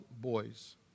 boys